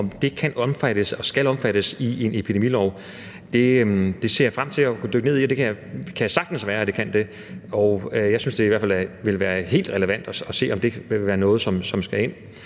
Om det kan omfattes eller skal omfattes af en epidemilov, ser jeg frem til at kunne dykke ned i. Det kan sagtens være, at det kan det. Jeg synes i hvert fald, at det vil være helt relevant at se på, om det er noget, som skal ind